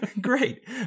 Great